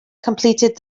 completed